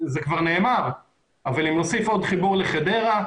זה כבר שנאמר אבל אם נוסיף עוד חיבור לחדרה,